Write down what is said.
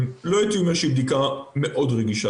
לא הייתי אומר שהיא בדיקה מאוד רגישה.